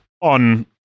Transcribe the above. on